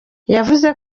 yavuze